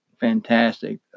fantastic